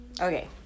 Okay